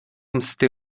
msty